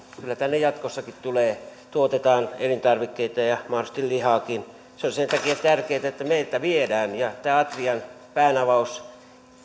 kyllä tänne jatkossakin tuotetaan elintarvikkeita ja mahdollisesti lihaakin se on tärkeätä sen takia että meiltä viedään ja tämä atrian päänavaus